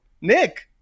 Nick